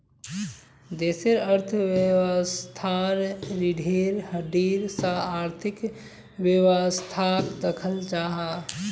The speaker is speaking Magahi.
देशेर अर्थवैवास्थार रिढ़ेर हड्डीर सा आर्थिक वैवास्थाक दख़ल जाहा